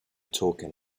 talking